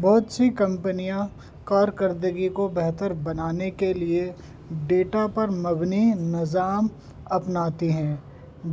بہت سی کمپنیاں کارکردگی کو بہتر بنانے کے لیے ڈیٹا پر مبنی نظام اپناتی ہیں